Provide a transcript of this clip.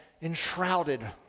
enshrouded